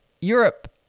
Europe